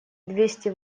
двести